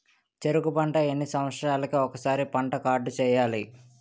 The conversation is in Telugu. చెరుకు పంట ఎన్ని సంవత్సరాలకి ఒక్కసారి పంట కార్డ్ చెయ్యాలి?